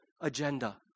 agenda